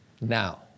now